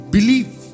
Believe